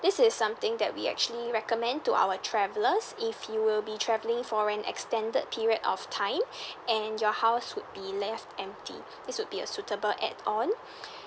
this is something that we actually recommend to our travellers if you will be travelling for an extended period of time and your house would be left empty this would be a suitable add on